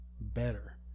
better